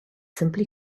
simply